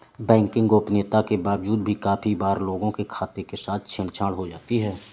banking गोपनीयता के बावजूद भी काफी बार लोगों के खातों के साथ छेड़ छाड़ हो जाती है